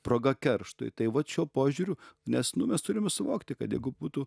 proga kerštui tai vat šiuo požiūriu nes nu mes turime suvokti kad jeigu būtų